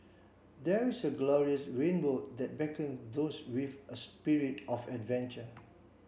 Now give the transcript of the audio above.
there is a glorious rainbow that beckons those with a spirit of adventure